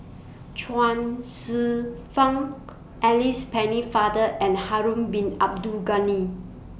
Chuang Hsueh Fang Alice Pennefather and Harun Bin Abdul Ghani